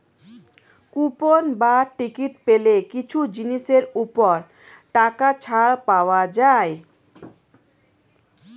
coupon বা ticket পেলে কিছু জিনিসের ওপর টাকা ছাড় পাওয়া যায়